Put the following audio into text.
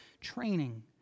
training